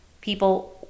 people